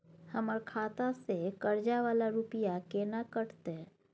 हमर खाता से कर्जा वाला रुपिया केना कटते?